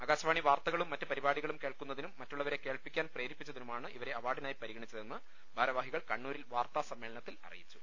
ആകാശവാണി വാർത്തകളും മറ്റ് പരിപാടികളും കേൾക്കുന്നതിനും മറ്റുള്ളവരെ കേൾപ്പിക്കാൻ പ്രേരിപ്പിച്ചതിനു മാണ് ഇവരെ അവാർഡിനായി പരിഗണിച്ചതെന്ന് ഭാരവാഹികൾ കണ്ണൂരിൽ വാർത്താസമ്മേളനത്തിൽ അറിയിച്ചു